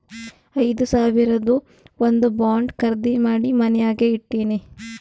ಐದು ಸಾವಿರದು ಒಂದ್ ಬಾಂಡ್ ಖರ್ದಿ ಮಾಡಿ ಮನ್ಯಾಗೆ ಇಟ್ಟಿನಿ